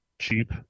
cheap